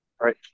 right